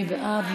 מי בעד?